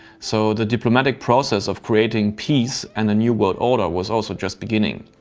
so the diplomatic process of creating peace and a new world order was also just beginning,